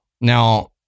Now